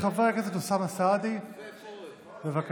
חבר הכנסת אוסאמה סעדי, בבקשה.